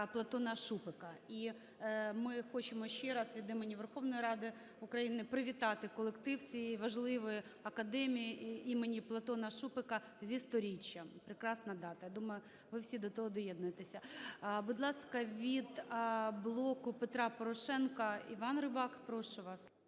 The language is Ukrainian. Платона Шупика. І ми хочемо ще раз, від імені Верховної Ради України привітати колектив цієї важливої академії імені Платона Шупика зі 100-річчям, прекрасна дата. Я думаю ви всі до того доєднаєтеся. Будь ласка, від "Блоку Петра Порошенка", Іван Рибак, прошу вас.